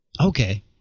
Okay